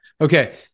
Okay